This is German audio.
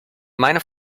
meine